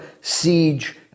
siege